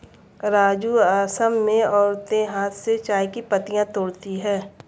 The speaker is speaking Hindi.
राजू असम में औरतें हाथ से चाय की पत्तियां तोड़ती है